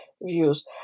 views